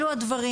אלו הדברים.